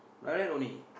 like that only